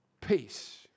peace